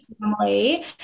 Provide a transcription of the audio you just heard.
family